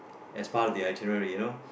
as part of the itinerary you know